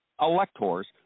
electors